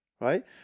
right